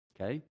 Okay